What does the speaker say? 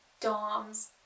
doms